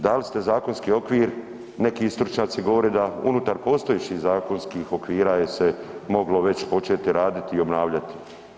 Dali ste zakonski okvir, neki stručnjaci govore da unutar postojećih zakonskih je se moglo već početi raditi i obnavljati.